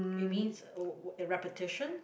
it means oh a repetition